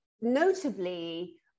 notably